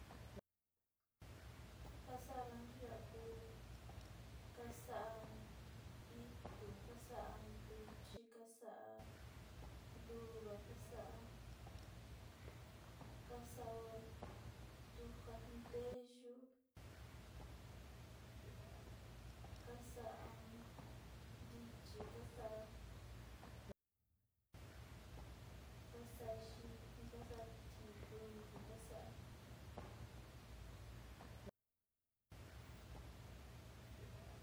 Ja kasa´a ranchu ya´a ku in itu niñi ntuchi ntuchi tilu yuka kasa´a unte tiempo savi te kasa´a ntuva yoo yichi.